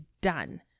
done